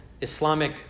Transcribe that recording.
Islamic